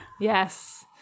Yes